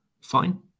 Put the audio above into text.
Fine